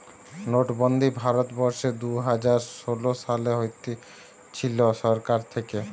নোটবন্দি ভারত বর্ষে দুইহাজার ষোলো সালে হয়েছিল সরকার থাকে